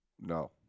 No